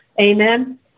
Amen